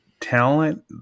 Talent